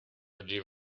ydy